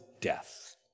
death